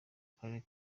karere